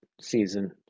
season